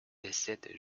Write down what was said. décède